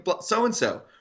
so-and-so